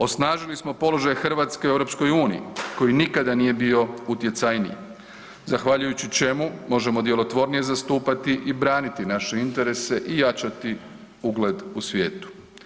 Osnažili smo položaj Hrvatske u EU koji nikada nije bio utjecajniji zahvaljujući čemu možemo djelotvornije zastupati i braniti naše interese i jačati ugled u svijetu.